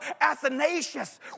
Athanasius